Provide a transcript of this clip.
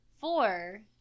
four